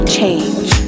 change